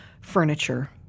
Furniture